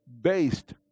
based